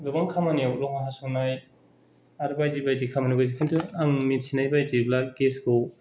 गोबां खामानिआव लहा हास'नाय आरो बायदि बायदि खामानिआव किन्तु आं मिन्थिनाय बायदिब्ला गेसखौ